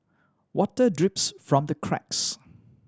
water drips from the cracks